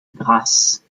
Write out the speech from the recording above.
grasse